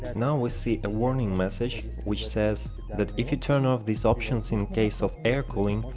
now we see a warning message which says that if you turn off these options in case of air cooling,